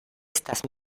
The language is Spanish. estas